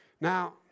Now